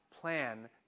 plan